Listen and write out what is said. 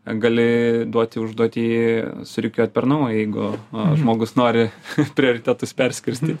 gali duoti užduotį surikiuoti per naują jeigu žmogus nori prioritetus perskirstyt